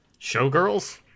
Showgirls